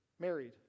married